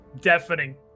deafening